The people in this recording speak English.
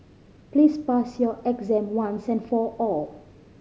please pass your exam once and for all